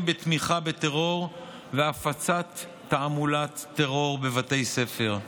בתמיכה בטרור והפצת תעמולת טרור בבתי ספר.